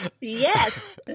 Yes